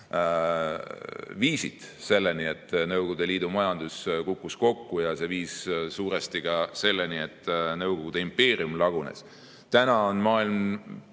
viisid selleni, et liidu majandus kukkus kokku, ja see viis suuresti ka selleni, et Nõukogude impeerium lagunes. Nüüd on maailm